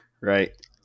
Right